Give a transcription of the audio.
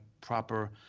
proper